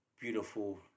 beautiful